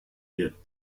yet